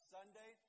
Sunday